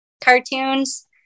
cartoons